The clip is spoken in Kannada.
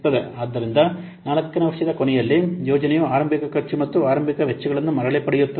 ಆದ್ದರಿಂದ 4 ನೇ ವರ್ಷದ ಕೊನೆಯಲ್ಲಿ ಯೋಜನೆಯು ಆರಂಭಿಕ ಖರ್ಚು ಮತ್ತು ಆರಂಭಿಕ ವೆಚ್ಚಗಳನ್ನು ಮರಳಿ ಪಡೆಯುತ್ತದೆ